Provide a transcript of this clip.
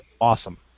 awesome